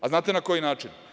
Znate na koji način?